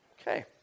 Okay